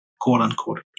quote-unquote